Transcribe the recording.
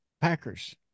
Packers